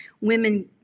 women